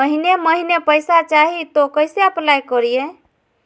महीने महीने पैसा चाही, तो कैसे अप्लाई करिए?